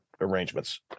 arrangements